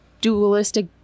dualistic